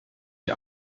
die